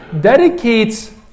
dedicates